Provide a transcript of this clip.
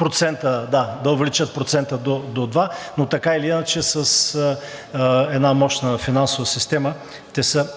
време да увеличат процента до два, но така или иначе с една мощна финансова система те са